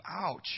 ouch